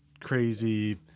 crazy